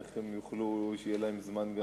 איך יהיה להם זמן גם,